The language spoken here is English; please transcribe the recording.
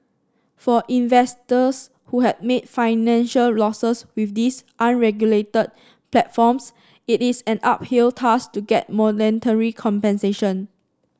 for investors who have made financial losses with these unregulated platforms it is an uphill task to get monetary compensation